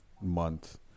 month